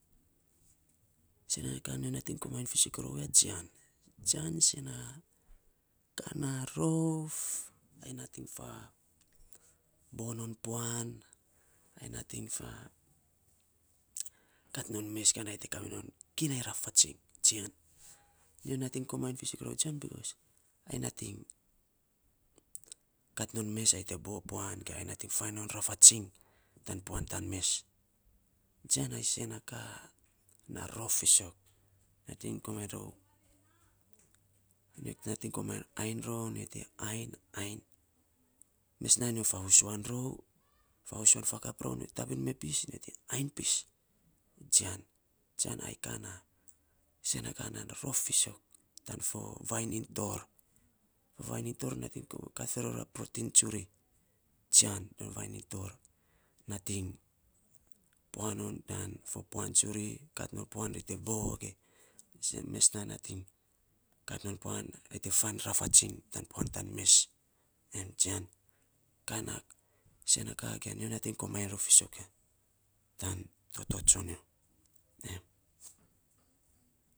Sen na nyo nating komainy fisok rou ya. Jian. Jian sen na ka na rof ai nating fabo non ai nating fa kat non mes kan ai te kaminou kinai rafatsiny jian. Nyo nating komainy fisok rou jian becos ai nating kat nou mes ai te bo puan ge ai nating fau no rafatsiny tan puan tan mes. Jian a isen na ka na rof fisok. Nating komamg rou nating ainy rou nyo te ainy (_)(_) mes nainy nyo favusuan rou, favusuan fakap rou nyo te tabin me pis nyo te ainy pis jian. Jian na isen na ka na rof fisok tan fo vainy iny tor. Vamy iny tor nating kat farei ror yan protin tsuri jian vainy iny tor. Nurating pua no puan tsuri kat puan ai te boo ge mes naing fainy non puan tan rafatsiny. Ai na jian nyo nating komainy rou ya tan toto tsunyo.